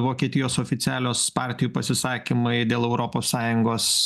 vokietijos oficialios partijų pasisakymai dėl europos sąjungos